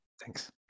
Thanks